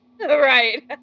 Right